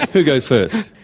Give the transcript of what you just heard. who goes first?